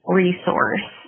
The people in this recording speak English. resource